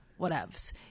whatevs